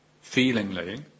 feelingly